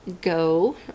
go